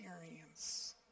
experience